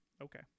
okay